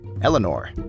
Eleanor